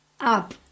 up